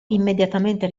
immediatamente